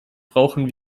brauchen